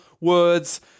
words